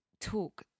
talk